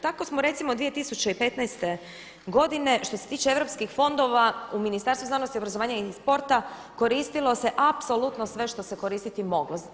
Tako smo recimo 2015. godine što se tiče europskih fondova u Ministarstvu znanosti, obrazovanja i sporta koristilo se apsolutno sve što se koristiti moglo.